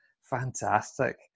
Fantastic